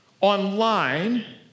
online